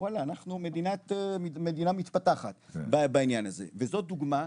וואלה אנחנו מדינה מתפתחת בעניין הזה וזאת דוגמא,